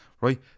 right